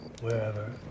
wherever